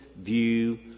view